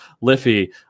Liffy